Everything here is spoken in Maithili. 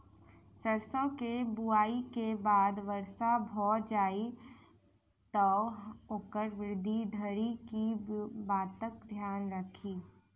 सैरसो केँ बुआई केँ बाद वर्षा भऽ जाय तऽ ओकर वृद्धि धरि की बातक ध्यान राखि?